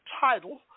title